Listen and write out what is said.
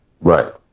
Right